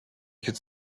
could